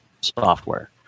software